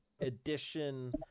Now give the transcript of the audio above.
edition